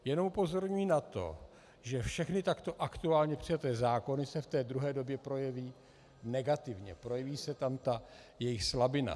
Jenom upozorňuji na to, že všechny takto aktuálně přijaté zákony se v té druhé době projeví negativně, projeví se tam jejich slabina.